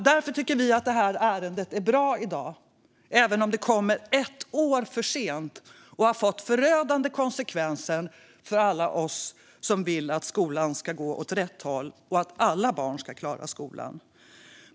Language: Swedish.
Därför tycker vi att det här ärendet är bra. Men det kommer ett år för sent, vilket har fått förödande konsekvenser för alla oss som vill att skolan ska gå åt rätt håll och att alla barn ska klara skolan.